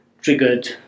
triggered